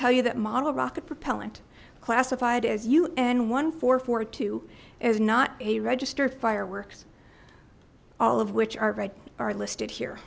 tell you that model rocket propellant classified as un one four four two is not a registered fireworks all of which are by are listed here